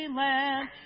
land